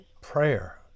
prayer